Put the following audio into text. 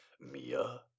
Mia